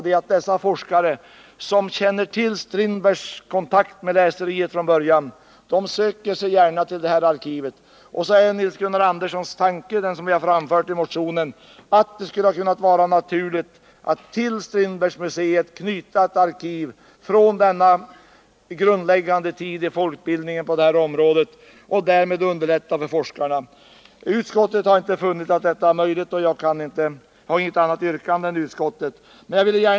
Dessa forskare, som känner till Strindbergs kontakt med läseriet, söker sig gärna till detta arkiv. Nils-Gunnar Anderssons tanke, som vi har framfört i motionen, är att det hade varit naturligt att till Strindbergsmuseet knyta ett arkiv från denna grundläggande tid i folkbildningen och därmed underlätta arbetet för forskare. Utskottet har inte funnit att detta är möjligt, och jag har inget annat yrkande än utskottet.